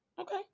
Okay